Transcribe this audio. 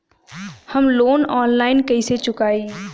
हम loan online कइसे चुकाई?